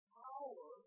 power